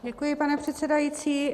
Děkuji, pane předsedající.